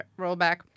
rollback